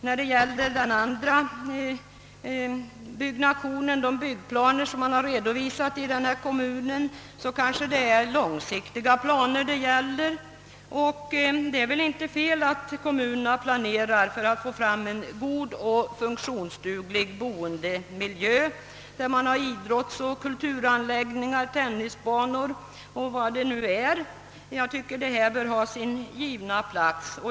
När det gäller den andra byggnationen, de byggplaner som man har redovisat i denna kommun, kanske det är långsiktiga planer, och det är väl inte fel att kommunerna planerar för att få fram en god och funktionsduglig boendemiljö där man har idrottsoch kulturanläggningar, tennisbanor och vad det nu är. Jag tycker att detta bör ha sin givna plats.